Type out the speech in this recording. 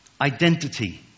identity